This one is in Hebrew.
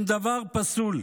הם דבר פסול.